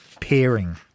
pairing